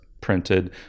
printed